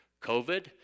COVID